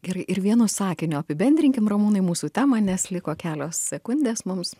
gerai ir vienu sakiniu apibendrinkim ramūnai mūsų temą nes liko kelios sekundės mums